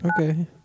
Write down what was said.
Okay